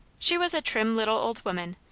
she was a trim little old woman,